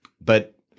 But-